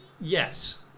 Yes